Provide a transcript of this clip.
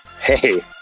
Hey